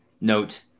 note